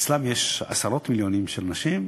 אצלם יש עשרות מיליונים של אנשים,